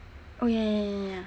oh ya ya ya ya ya